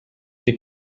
que